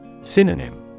Synonym